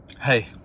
Hey